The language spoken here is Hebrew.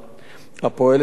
הפועלת ועושה רבות,